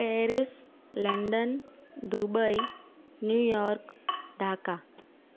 Paris London Dubai New York Dhaka